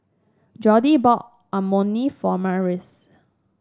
Jordi bought Imoni for Marius